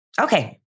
okay